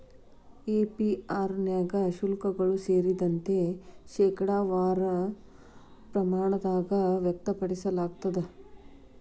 APR ನ್ಯಾಗ ಶುಲ್ಕಗಳು ಸೇರಿದಂತೆ, ಶೇಕಡಾವಾರ ಪ್ರಮಾಣದಾಗ್ ವ್ಯಕ್ತಪಡಿಸಲಾಗ್ತದ